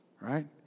right